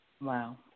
Wow